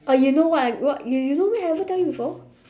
oh you know what I what you you know meh I ever tell you before